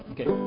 Okay